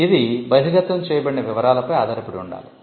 ఇది బహిర్గతం చేయబడిన వివరాలపై ఆధారపడి ఉండాలి